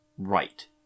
right